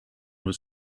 was